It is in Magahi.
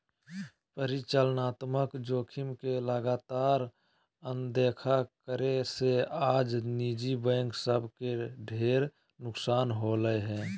परिचालनात्मक जोखिम के लगातार अनदेखा करे से आज निजी बैंक सब के ढेर नुकसान होलय हें